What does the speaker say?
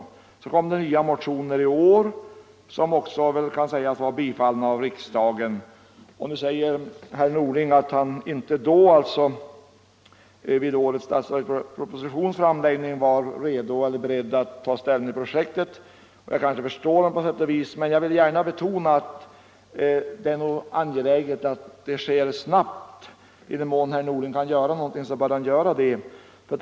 I år väcktes nya motioner i frågan, som man kan säga att riksdagen biföll, och nu förklarar herr Norling att han vid framläggandet av årets statsverksproposition inte var beredd att ta ställning till projektet. Det kan jag på sätt och vis förstå. Men jag vill samtidigt betona att om herr Norling kan göra något, så bör han göra det snabbt.